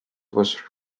was